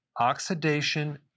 oxidation